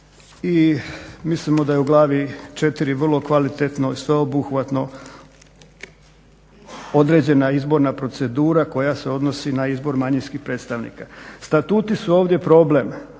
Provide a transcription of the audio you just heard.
i mislimo da je u glavi 4. vrlo kvalitetno i sveobuhvatno određena izborna procedura koja se odnosi na izbor manjinskih predstavnika. Statuti su ovdje problem.